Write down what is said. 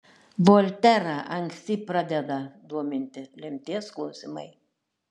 volterą anksti pradeda dominti lemties klausimai